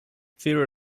fear